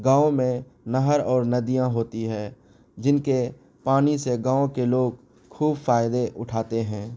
گاؤں میں نہر اور ندیاں ہوتی ہے جن کے پانی سے گاؤں کے لوگ خوب فائدے اٹھاتے ہیں